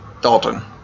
Dalton